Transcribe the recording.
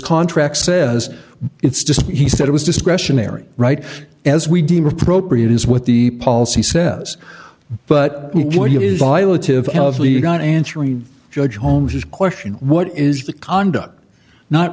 contract says it's just he said it was discretionary right as we deem appropriate is what the policy says but you're not answering judge holmes's question what is the conduct not